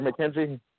McKenzie